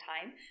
time